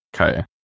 Okay